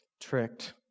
tricked